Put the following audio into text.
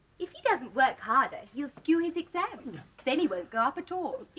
if he doesn't work harder he'll skew his exams then he won't go up at all.